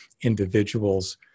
individuals